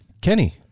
Kenny